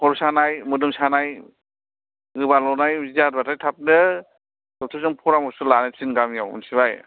खर' सानाय मोदोम सानाय गोबाल'नाय बिदि जादोंब्लाथाय थाबनो दक्टर जों परामर्स' लानो थिन गामियाव मिथिबाय